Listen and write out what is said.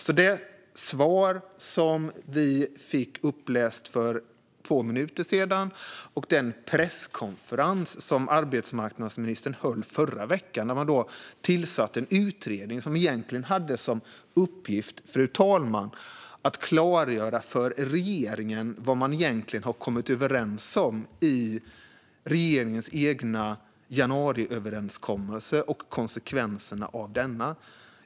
Vi fick alltså ett svar uppläst för ett par minuter sedan, och vi såg den presskonferens som arbetsmarknadsministern höll förra veckan. Där tillsattes en utredning, fru talman, som har till uppgift att klargöra för regeringen vad man egentligen kommit överens om i regeringens egen januariöverenskommelse - och konsekvenserna av denna.